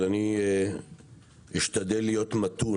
אבל אני אשתדל להיות מתון.